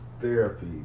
therapy